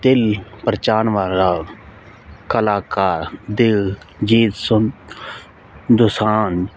ਦਿਲ ਪਰਚਾਉਣ ਵਾਲਾ ਕਲਾਕਾਰ ਦਿਲਜੀਤ ਸੁੰ ਦੋਸਾਂਝ